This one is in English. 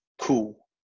cool